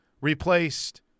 replaced